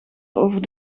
over